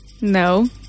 No